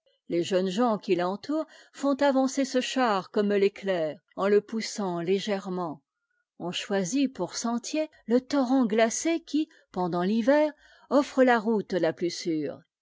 les jeunes gens qui l'entourent font avancer ce char comme l'éclair en le poussant légèrement on choisit pour sentier le torrent glacé qui pendant l'hiver offre la route la plus sûre